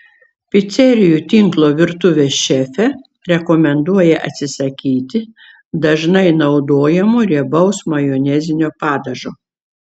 picerijų tinklo virtuvės šefė rekomenduoja atsisakyti dažnai naudojamo riebaus majonezinio padažo